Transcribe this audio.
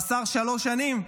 מאסר שלוש שנים".